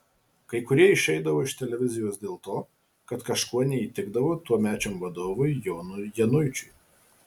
kai kurie išeidavo iš televizijos dėl to kad kažkuo neįtikdavo tuomečiam vadovui jonui januičiui